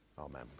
Amen